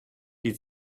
die